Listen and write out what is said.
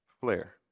flare